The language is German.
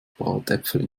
bratäpfel